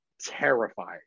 terrifying